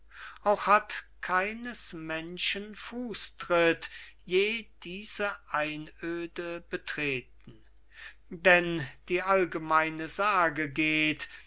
auch hat keines menschen fußtritt je diese einöde betreten denn die allgemeine sage geht